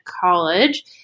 college